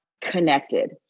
connected